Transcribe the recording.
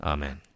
Amen